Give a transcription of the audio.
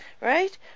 right